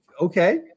okay